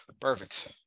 perfect